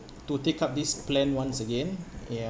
to take up this plan once again ya